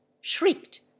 shrieked